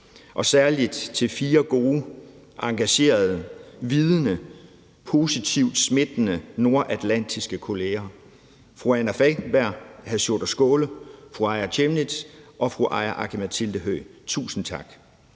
og særlig til fire gode, engagerede, vidende, positivt smittende nordatlantiske kolleger, nemlig fru Anna Falkenberg, hr. Sjúrður Skaale, fru Aaja Chemnitz og fru Aki-Matilda Høegh-Dam. Tusind tak.